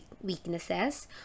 weaknesses